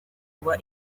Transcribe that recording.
kuba